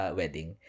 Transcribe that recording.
wedding